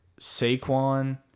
Saquon